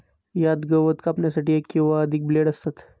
यात गवत कापण्यासाठी एक किंवा अधिक ब्लेड असतात